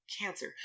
cancer